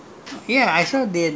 ah bus lane right